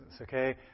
Okay